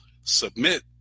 submit